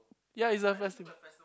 yeah it's a festi~